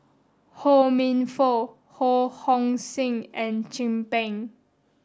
Ho Minfong Ho Hong Sing and Chin Peng